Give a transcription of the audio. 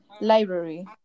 library